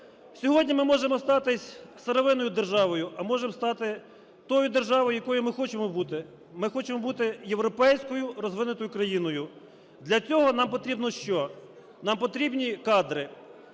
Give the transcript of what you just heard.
Сьогодні ми можемо остатись сировинною державою, а можемо стати тою державою, якою ми хочемо бути. Ми хочемо бути європейською розвинутою країною. Для цього нам потрібно що? Нам потрібні кадри.